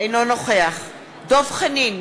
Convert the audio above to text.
אינו נוכח דב חנין,